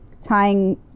tying